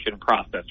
process